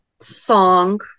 song